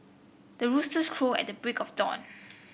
the roosters crow at the break of dawn